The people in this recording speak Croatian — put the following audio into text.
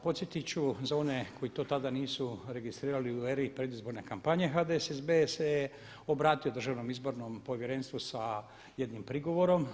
Podsjetit ću za one koji to tada nisu registrirali u eri predizborne kampanje HDSSB se obratio Državnom izbornom povjerenstvu sa jednim prigovorom.